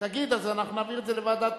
תגיד, אז אנחנו נעביר את זה לוועדת,